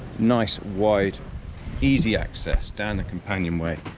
nice wide easy access down the companionway